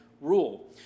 rule